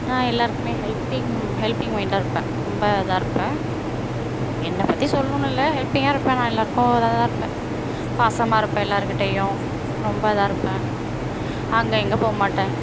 நான் எல்லோருக்குமே helping helping மைண்டாக இருப்பேன் ரொம்ப இதாக இருப்பேன் என்னை பற்றி சொல்லணுன்னு இல்லை ஹெல்ப்பிங்காக இருப்பேன் நான் எல்லோருக்கும் இதாக தான் இருப்பேன் பாசமாக இருப்பேன் எல்லாருக்கிட்டேயும் ரொம்ப இதாக இருப்பேன் அங்கே இங்கே போக மாட்டேன்